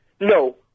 No